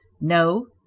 No